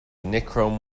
nichrome